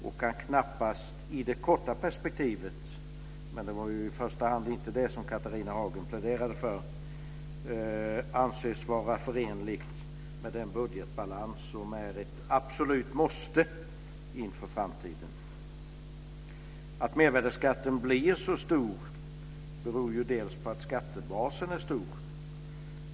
Det kan i det korta perspektivet, men det var ju inte i första hand det som Catharina Hagen pläderade för, knappast anses vara förenligt med den budgetbalans som är ett absolut måste inför framtiden. Att mervärdesskatten blir så stor beror ju delvis på att skattebasen är stor.